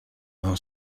are